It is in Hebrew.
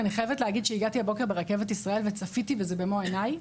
אני חייבת להגיד שהגעתי הבוקר ברכבת ישראל וצפיתי בזה במו עיני.